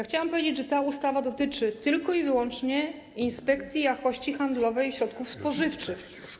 Chcę powiedzieć, że ta ustawa dotyczy tylko i wyłącznie inspekcji jakości handlowej środków spożywczych.